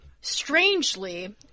strangely